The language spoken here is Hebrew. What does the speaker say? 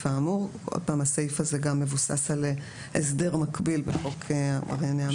האמור." גם הסעיף הזה מבוסס על הסדר מקביל בחוק עברייני מין.